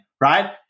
Right